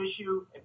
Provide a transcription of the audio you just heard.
issue